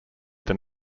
than